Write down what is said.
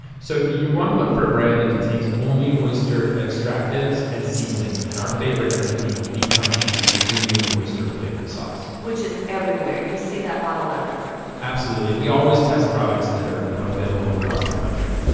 so you you want to look for a brand that contains only oyster extractives and seasonings. and our favorite ended up being lee kum kee's premium oyster flavored sauce which is everywhere. you see that bottle everywhere absolutely. and we always test products that are you know available across the country.